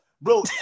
bro